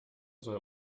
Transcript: soll